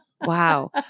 Wow